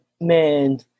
Man